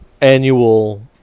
annual